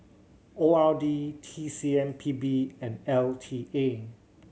O R D T C M P B and L T A